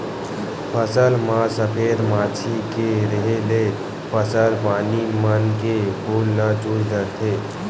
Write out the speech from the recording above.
फसल म सफेद मांछी के रेहे ले फसल पानी मन के फूल ल चूस डरथे